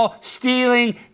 stealing